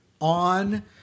on